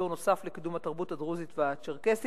ומדור נוסף לקידום התרבות הדרוזית והצ'רקסית.